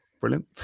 brilliant